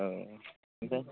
औ ओमफ्राय